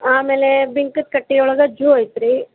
ಆಮೇಲೆ ಬಿಂಕದ ಕಟ್ಟೆ ಒಳಗೆ ಜೂ ಐತೆ ರೀ